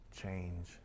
change